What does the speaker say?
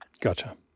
Gotcha